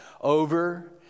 over